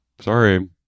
Sorry